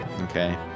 Okay